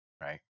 right